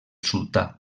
sultà